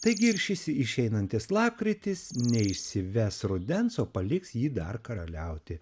taigi ir šis išeinantis lapkritis neišsives rudens o paliks jį dar karaliauti